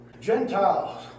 Gentiles